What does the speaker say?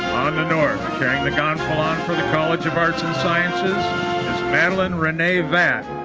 the north, carrying the gonfalon for the college of arts and sciences, is madeline renee vaught,